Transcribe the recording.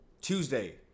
Tuesday